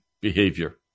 behavior